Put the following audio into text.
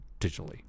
digitally